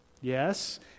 Yes